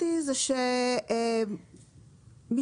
מי